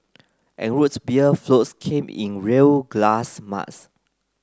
and Root Beer floats came in real glass mugs